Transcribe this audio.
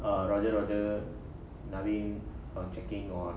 err roger nvaine checking on